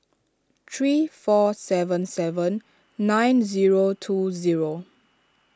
three four seven seven nine zero two zero